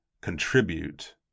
contribute